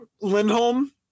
Lindholm